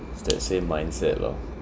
it's that same mindset lor